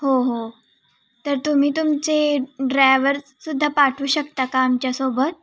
हो हो तर तुम्ही तुमचे ड्रायवरसुद्धा पाठवू शकता का आमच्यासोबत